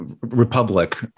Republic